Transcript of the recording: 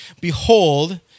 Behold